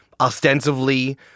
ostensibly